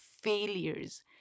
failures